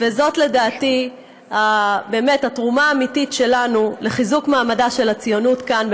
וזאת לדעתי באמת התרומה האמיתית שלנו לחיזוק מעמדה של הציונות כאן,